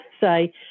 say